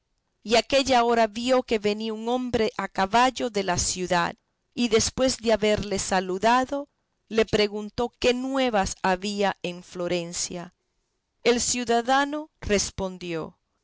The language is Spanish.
y aquella hora vio que venía un hombre a caballo de la ciudad y después de haberle saludado le preguntó qué nuevas había en florencia el ciudadano respondió